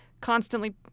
constantly